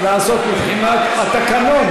בסדר-היום של הכנסת נתקבלה.